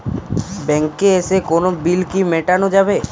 ব্যাংকে এসে কোনো বিল কি মেটানো যাবে?